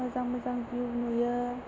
मोजां मोजां भिउ नुयो